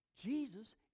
Jesus